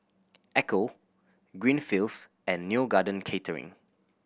Ecco Greenfields and Neo Garden Catering